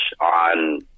on